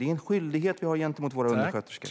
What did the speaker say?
Det är en skyldighet vi har gentemot våra undersköterskor.